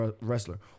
wrestler